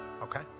okay